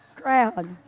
crowd